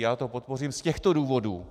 Já to podpořím z těchto důvodů.